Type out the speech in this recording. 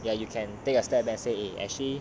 ya you can take a step back say eh actually